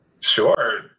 sure